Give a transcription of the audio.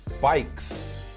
bikes